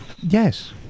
Yes